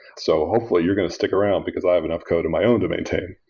so hopefully you're going to stick around, because i have enough code in my own to maintain.